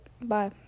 Bye